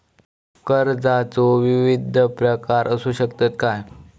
कर्जाचो विविध प्रकार असु शकतत काय?